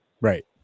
Right